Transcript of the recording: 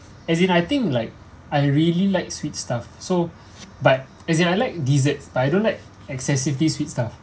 as in I think like I really like sweet stuff so but as in I like desserts but I don't like excessively sweet stuff